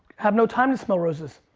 have no time to smell roses.